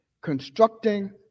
constructing